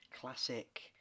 classic